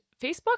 Facebook